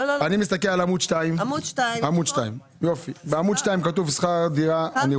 אני מסתכל על עמוד 2. בעמוד 2 כתוב שכר דירה.